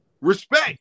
Respect